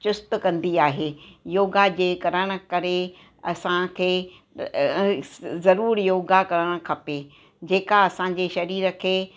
चुस्तु कंदी आहे योगा जे करण करे असांखे जरूर योगा करणु खपे जे का असांजे शरीर खे